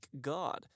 god